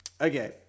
Okay